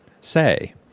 say